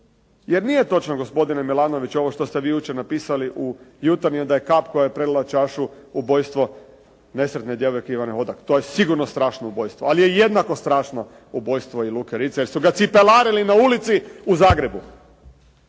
jer nije točno gospodine Milanoviću ovo što ste vi jučer napisali u Jutarnjem da je kap koja je prelila čašu ubojstvo nesretne djevojke Ivane Hodak. To je sigurno strašno ubojstvo, ali je jednako strašno ubojstvo i Luke Ritza, jer su ga cipelarili na ulici u Zagrebu.